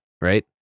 right